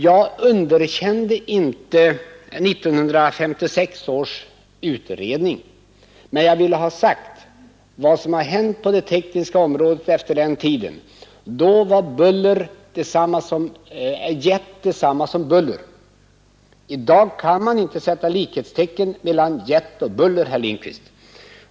Jag underkände inte 1956 års utredning, men jag ville ha sagt vad som hänt på det tekniska området sedan dess. Då var jet detsamma som buller. I dag kan man inte sätta likhetstecken mellan jet och buller, herr Lindkvist.